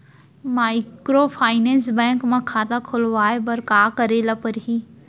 Microfinance bank म खाता खोलवाय बर का करे ल परही?